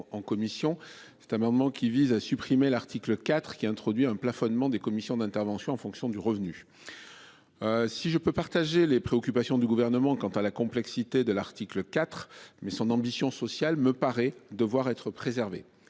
cet amendement qui vise à supprimer l'article IV qui introduit un plafonnement des commissions d'intervention en fonction du revenu. Si je peux partager les préoccupations du gouvernement quant à la complexité de l'article IV mais son ambition sociale me paraît devoir être.